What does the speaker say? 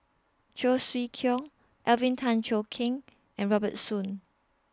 Cheong Siew Keong Alvin Tan Cheong Kheng and Robert Soon